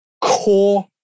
core